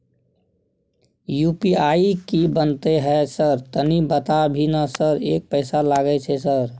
UPI की बनते है सर तनी बता भी ना सर एक पैसा लागे छै सर?